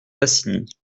tassigny